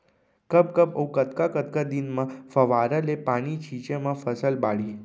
कब कब अऊ कतका कतका दिन म फव्वारा ले पानी छिंचे म फसल बाड़ही?